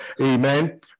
Amen